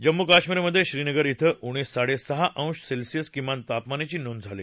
जम्मू कश्मीरमधे श्रीनगर श्वं उणे साडेसहा अंश सेल्सियस किमान तापमानाची नोंद झाली